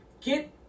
Get